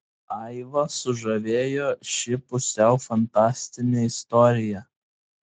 aivą sužavėjo ši pusiau fantastinė istorija